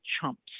chumps